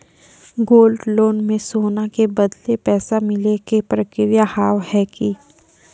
Gold loan मे सोना के बदले पैसा मिले के प्रक्रिया हाव है की?